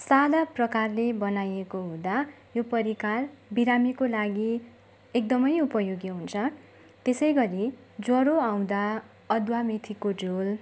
साधा प्रकारले बनाइएको हुँदा यो परिकार बिरामीको लागि एकदमै उपयोगी हुन्छ त्यसै गरी ज्वरो आउँदा अदुवा मेथीको झोल